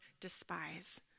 despise